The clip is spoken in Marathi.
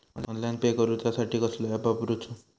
ऑनलाइन पे करूचा साठी कसलो ऍप वापरूचो?